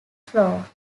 flow